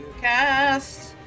cast